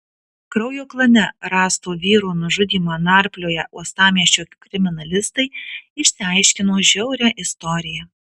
kraujo klane rasto vyro nužudymą narplioję uostamiesčio kriminalistai išsiaiškino žiaurią istoriją